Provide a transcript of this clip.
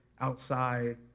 outside